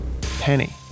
Penny